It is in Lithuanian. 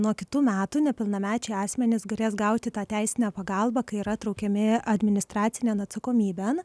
nuo kitų metų nepilnamečiai asmenys galės gauti tą teisinę pagalbą kai yra traukiami administracinėn atsakomybėn